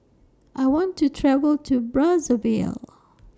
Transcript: I want to travel to Brazzaville